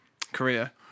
Korea